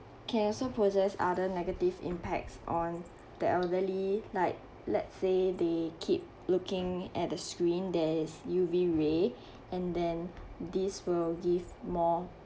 can also other negative impacts on the elderly like let's say they keep looking at the screen there is U_V ray and then this will give more